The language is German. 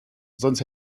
sonst